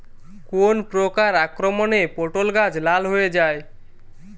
কোন প্রকার আক্রমণে পটল গাছ লাল হয়ে যায়?